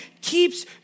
keeps